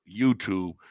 YouTube